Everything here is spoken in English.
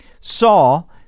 Saul